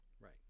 Right